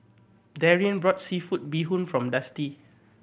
Darrien brought seafood bee hoon from Dusty